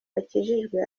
bakijijwe